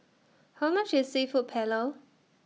How much IS Seafood Paella